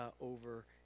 over